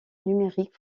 numérique